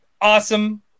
Awesome